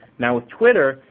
now, with twitter,